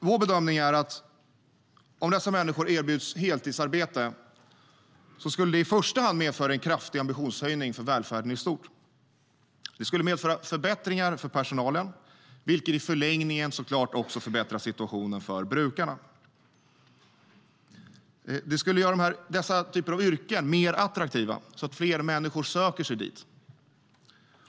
Vår bedömning är att om dessa människor skulle erbjudas heltidsarbete skulle det i första hand medföra en kraftig ambitionshöjning för välfärden i stort. Det skulle också medföra förbättringar för personalen, vilket i förlängningen såklart förbättrar situationen även för brukarna. Det skulle göra dessa yrken mer attraktiva, så att fler människor söker sig dit.